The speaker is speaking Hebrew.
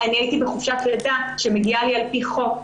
אני הייתי בחופשת לידה שמגיעה לי על פי חוק.